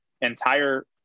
entire